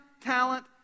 talent